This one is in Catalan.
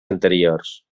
anteriors